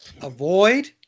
avoid